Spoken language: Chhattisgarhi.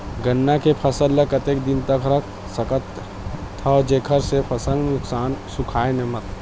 गन्ना के फसल ल कतेक दिन तक रख सकथव जेखर से फसल सूखाय मत?